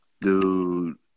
dude